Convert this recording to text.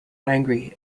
angry